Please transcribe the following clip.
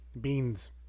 beans